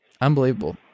unbelievable